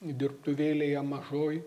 dirbtuvėlėje mažoj